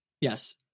Yes